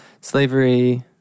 slavery